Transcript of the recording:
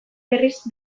berriz